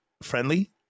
friendly